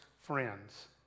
friends